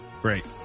Great